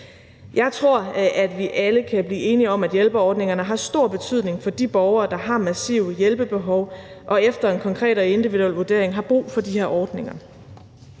Jeg tror, at vi alle kan blive enige om, at hjælperordningerne har stor betydning for de borgere, der har massive hjælpebehov, og som efter en konkret og individuel vurdering har brug for de her ordninger.